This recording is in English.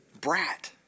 brat